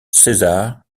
césar